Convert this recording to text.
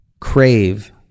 crave